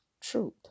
truth